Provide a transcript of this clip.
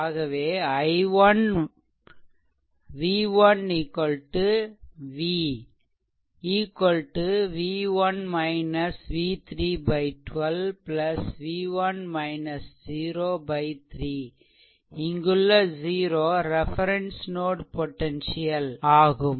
ஆகவே i1 v1 v v1 v3 12 v1 0 3 இங்குள்ள 0 reference node potential 0 ஐ குறிக்கும்